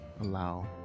allow